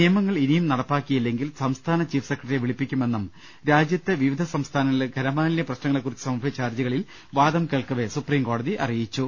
നിയമങ്ങൾ ഇനിയും നടപ്പാക്കിയില്ലെ ങ്കിൽ സംസ്ഥാന ചീഫ് സെക്രട്ടറിയെ വിളിപ്പിക്കുമെന്നും രാജ്യത്തെ വിവിധ സംസ്ഥാനങ്ങളിലെ ഖരമാലിന്യ പ്രശ്നങ്ങളെകുറിച്ച് സമർപ്പിച്ച ഹർജികളിൽ വാദം കേൾക്കവെ സുപ്രീം കോടതി അറിയിച്ചു